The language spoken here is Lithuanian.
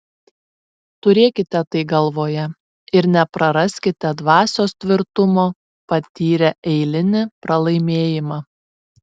turėkite tai galvoje ir nepraraskite dvasios tvirtumo patyrę eilinį pralaimėjimą